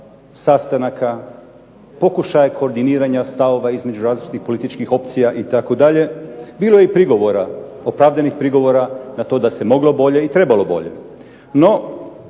sastanaka, pokušaja koordiniranja stavova između različitih političkih opcija itd. Bilo je i prigovora, opravdanih prigovora na to da se moglo bolje i trebalo bolje.